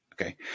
Okay